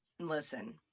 listen